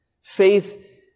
Faith